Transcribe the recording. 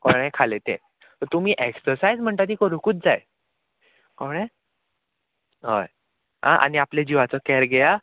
कळ्ळें खालें तें तुमी एक्ससायज म्हणटा ती करूंकूच जाय कळ्ळें हय आं आनी आपल्या जिवाचो कॅर घेया